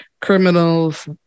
criminals